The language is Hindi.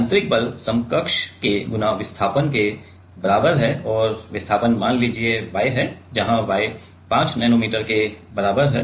यांत्रिक बल समकक्ष K × विस्थापन के बराबर है और विस्थापन मान लीजिए y है जहाँ y 5 नैनोमीटर के बराबर है